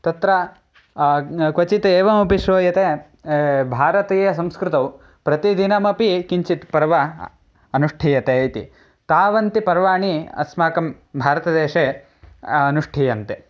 तत्र क्वचित् एवमपि श्रूयते भारतीयसंस्कृतौ प्रतिदिनमपि किञ्चित् पर्व अनुष्ठीयते इति तावन्ति पर्वाणि अस्माकं भारतदेशे अनुष्ठीयन्ते